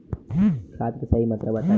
खाद के सही मात्रा बताई?